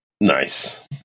Nice